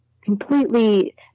completely